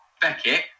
Beckett